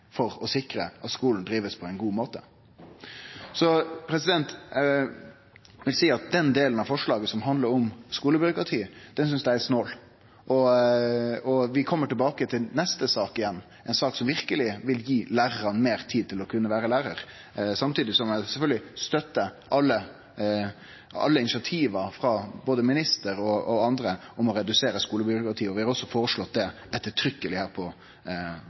for å sikre at skolen blir driven på ein god måte. Den delen av forslaget som handlar som skolebyråkrati, synest eg er snål. Vi kjem tilbake i neste sak, ei sak som verkeleg vil gje lærarane meir tid til å kunne vere lærar, samtidig som eg sjølvsagt støttar alle initiativa frå både minister og andre for å redusere skolebyråkratiet. Vi har også foreslått det ettertrykkeleg her